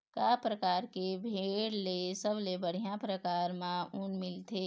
का परकार के भेड़ ले सबले बढ़िया परकार म ऊन मिलथे?